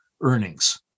earnings